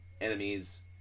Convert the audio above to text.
enemies